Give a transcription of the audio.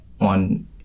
on